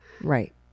Right